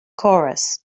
chorus